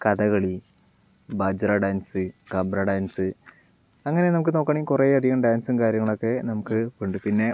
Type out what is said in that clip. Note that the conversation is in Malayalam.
കഥകളി ബജ്റ ഡാൻസ് കാബറെ ഡാൻസ് അങ്ങനെ നമുക്ക് നോക്കുകയാണെങ്കിൽ കുറേ അധികം ഡാൻസും കാര്യങ്ങളുമൊക്കെ നമുക്ക് ഉണ്ട് പിന്നെ